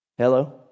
Hello